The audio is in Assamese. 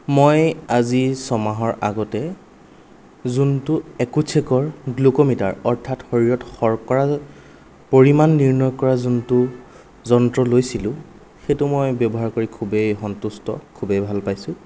মই আজি ছমাহৰ আগতে যোনটো একুটছেকৰ গ্লুক'মিটাৰ অৰ্থাৎ শৰীৰৰ শৰ্কৰাৰ পৰিমাণ নিৰ্ণয় কৰা যোনটো যন্ত্ৰ লৈছিলোঁ সেইটো মই ব্যৱহাৰ কৰি খুবেই সন্তুষ্ট খুবেই ভাল পাইছোঁ